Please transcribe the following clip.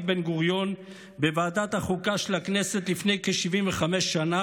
בן-גוריון בוועדת החוקה של הכנסת לפני כ-75 שנה,